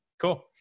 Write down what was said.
cool